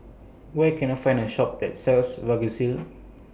Where Can I Find A Shop that sells Vagisil